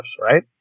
right